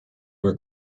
were